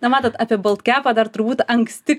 na matot apie baltkepą kepa dar turbūt anksti